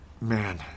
man